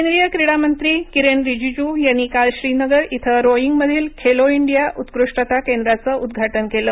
केंद्रीय क्रीडा मंत्री किरेन रीजिजू यांनी काल श्रीनगर इथं रोईगमधील खेलो इंडिया उत्कृष्टता केंद्रांचं उद्घाटन केलं